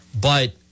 But-